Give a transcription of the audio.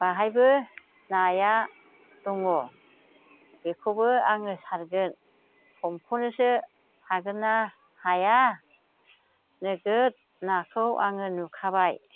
बाहायबो नाया दङ बेखौबो आङो सारगोन हमख'नोसो हागोन ना हाया नोगोद नाखौ आङो नुखाबाय